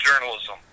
journalism